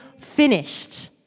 finished